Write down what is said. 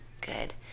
Good